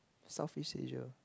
Southeast Asia